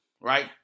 right